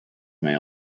may